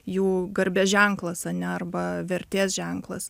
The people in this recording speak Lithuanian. jų garbės ženklas ane arba vertės ženklas